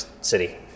City